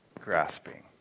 grasping